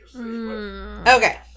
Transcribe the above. Okay